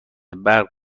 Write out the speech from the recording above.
برق